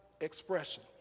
expression